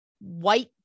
white